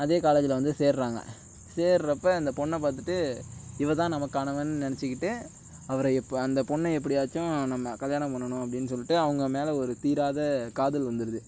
அதே காலேஜில் வந்து சேர்கிறாங்க சேர்கிறப்ப அந்த பொண்ணை பார்த்துட்டு இவதான் நமக்கானவன்னு நெனைச்சிகிட்டு அவரை அந்த பொண்ணை எப்படியாச்சும் நம்ம கல்யாணம் பண்ணணும் அப்படின்னு சொல்லிவிட்டு அவங்க மேல ஒரு தீராத காதல் வந்துடுது